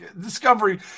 discovery